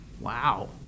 Wow